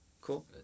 Cool